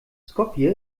skopje